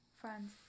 Friends